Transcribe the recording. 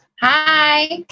Hi